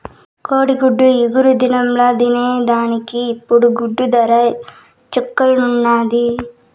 కోడిగుడ్డు ఇగురు దినంల తినేదానికి ఇప్పుడు గుడ్డు దర చుక్కల్లున్నాది